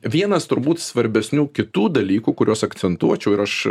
vienas turbūt svarbesnių kitų dalykų kuriuos akcentuočiau ir aš